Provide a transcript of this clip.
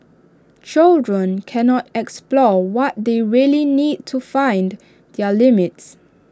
children cannot explore what they really need to find their limits